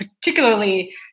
particularly